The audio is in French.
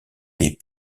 des